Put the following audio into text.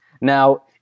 Now